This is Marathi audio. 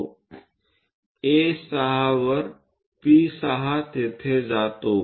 A 6 वर P6 तिथे जातो